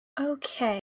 Okay